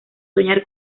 soñar